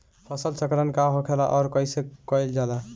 फसल चक्रण का होखेला और कईसे कईल जाला?